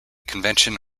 convention